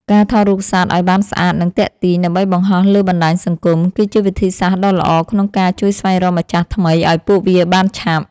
ការថតរូបសត្វឱ្យបានស្អាត និងទាក់ទាញ ដើម្បីបង្ហោះលើបណ្ដាញសង្គម គឺជាវិធីសាស្ត្រដ៏ល្អក្នុងការជួយស្វែងរកម្ចាស់ថ្មីឱ្យពួកវាបានឆាប់។